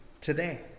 today